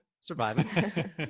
Surviving